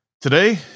Today